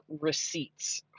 receipts